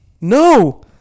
no